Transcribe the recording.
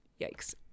yikes